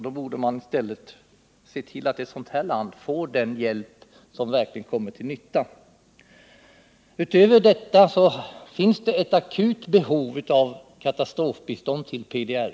Då borde man i stället se till, att ett sådant här land får hjälp, för där kommer den verkligen till nytta. Utöver detta finns det ett akut behov av katastrofbistånd till PDRY.